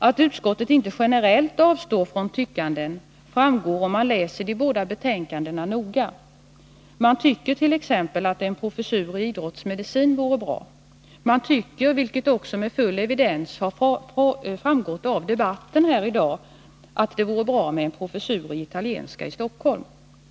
Att utskottet inte generellt avstår från tyckanden framgår, om man läser igenom de båda betänkandena noga. Utskottet tycker t.ex. att en professur i idrottsmedicin vore bra. Utskottet tycker också, vilket med full evidens framgått av debatten här, att det vore bra med en professur i italienska i Stockholm.